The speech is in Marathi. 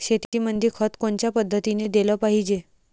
शेतीमंदी खत कोनच्या पद्धतीने देलं पाहिजे?